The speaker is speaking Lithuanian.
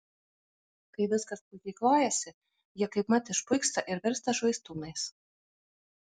kai viskas puikiai klojasi jie kaipmat išpuiksta ir virsta švaistūnais